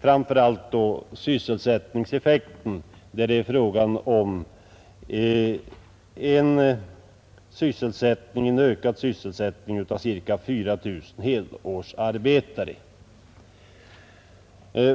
Framför allt gällde det sysselsättningseffekten; det är fråga om en ökning med ca 4 000 helårsarbetare.